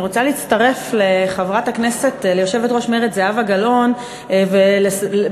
אני רוצה להצטרף ליושבת-ראש מרצ זהבה גלאון בנושא,